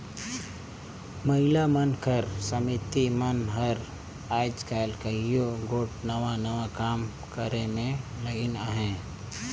महिला मन कर समिति मन हर आएज काएल कइयो गोट नावा नावा काम करे में लगिन अहें